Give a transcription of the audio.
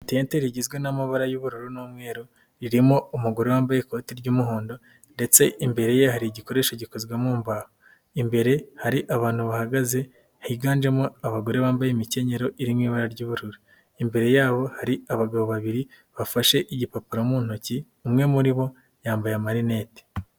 Itete rigizwe n'amabara y'ubururu n'umweru ririmo umugore wambaye ikoti ry'umuhondo ndetse imbere ye hari igikoresho gikozwe mu mbahu, imbere hari abantu bahagaze higanjemo abagore bambaye imikenyero iri mu ibara ry'ubururu, imbere yabo hari abagabo babiri bafashe igipapuro mu ntoki, umwe muri bo yambaye amarinete.